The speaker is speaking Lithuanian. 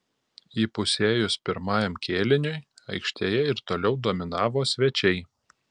įpusėjus pirmajam kėliniui aikštėje ir toliau dominavo svečiai